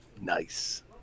Nice